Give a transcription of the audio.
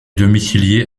domicilié